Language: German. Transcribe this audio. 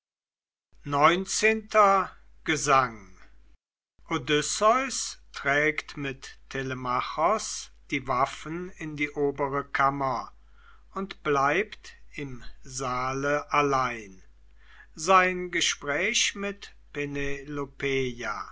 gesang odysseus trägt mit telemachos die waffen in die obere kammer und bleibt im saale allein sein gespräch mit